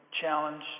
challenge